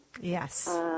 Yes